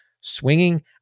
swinging